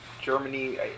Germany